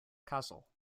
castle